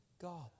God